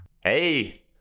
hey